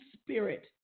Spirit